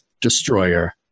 Destroyer